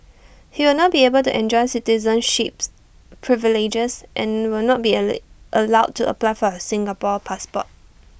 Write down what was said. he will not be able to enjoy citizenships privileges and will not be A late allowed to apply for A Singapore passport